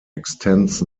extends